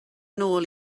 nôl